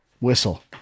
whistle